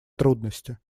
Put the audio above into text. трудности